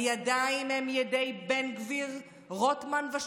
הידיים הם ידי בן גביר, רוטמן ושות',